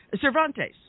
Cervantes